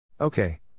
Okay